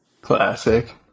Classic